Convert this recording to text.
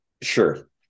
Sure